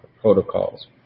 protocols